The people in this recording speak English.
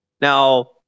Now